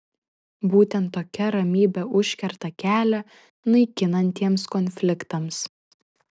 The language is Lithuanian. būtent tokia ramybė užkerta kelią naikinantiems konfliktams